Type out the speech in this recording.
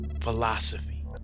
philosophy